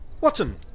Watson